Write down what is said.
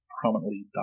prominently